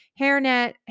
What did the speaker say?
hairnet